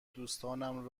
دوستانم